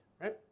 right